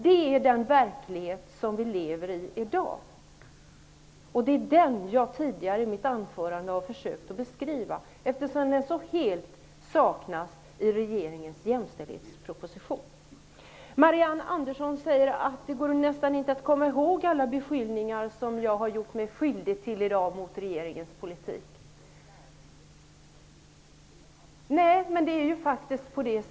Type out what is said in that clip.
Det är den verklighet vi lever i i dag, och det är den som jag i mitt anförande tidigare försökte beskriva, eftersom den så helt saknas i regeringens jämställdhetsproposition. Marianne Andersson säger att det nästan inte går att komma ihåg alla beskyllningar som jag i dag har riktat mot regeringens politik. Nej, det kanske inte går.